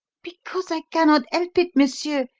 because i cannot help it, monsieur.